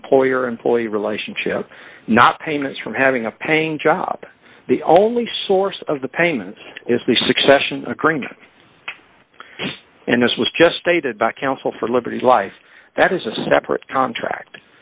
an employer employee relationship not payments from having a paying job the only source of the payments is the succession occurring and this was just stated by counsel for liberty life that is a separate contract